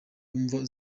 mvo